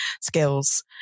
skills